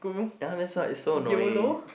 yeah that's why is so annoying